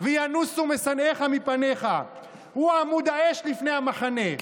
וינֻסו משַׂנאֶיך מפניך"; הוא עמוד האש לפני המחנה.